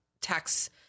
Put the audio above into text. tax